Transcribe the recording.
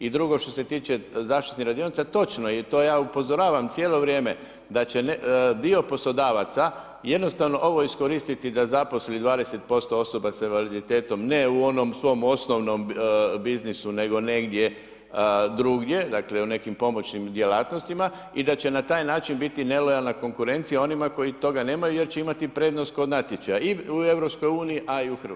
I drugo što se tiče zaštitnih radionica, točno i to ja upozoravam cijelo vrijeme da će dio poslodavaca jednostavno ovo iskoristiti da zaposli 20% osoba s invaliditetom, ne u onom svom osnovnom biznisu, nego negdje drugdje, dakle, u nekim pomoćnim djelatnostima i da će na taj način biti nelojalna konkurencija onima koji toga nemaju jer će imati prednost kod natječaja i u EU, a i u Hrvatskoj.